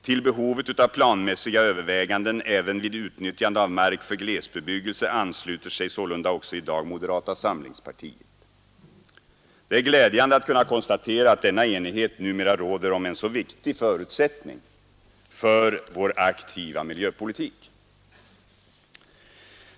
Till behovet av planmässiga överväganden även vid utnyttjande av mark för glesbebyggelse ansluter sig sålunda också i dag moderata samlingspartiet. Det är glädjande att kunna konstatera, att denna enighet numera råder om en så viktig förutsättning för vår aktiva miljöpolitik.